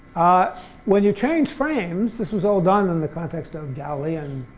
ah when you change frames, this was all done in the context of galilean